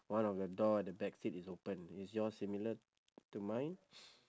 one of the door at the back seat is open is yours similar to mine